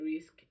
risk